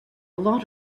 lot